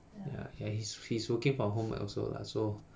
ya and he's he's working from home lah also lah so